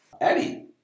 Eddie